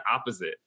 opposite